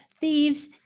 thieves